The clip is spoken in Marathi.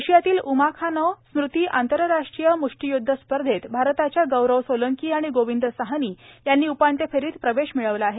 रशियातील उमाखानव स्मृती आंतरराष्ट्रीय मुष्टियुद्ध स्पर्षेत भारताच्या गौरव सोलंकी आणि गोविंद साहनी यांनी उपांत्य फेरीत प्रवेश मिळवला आहे